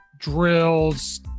drills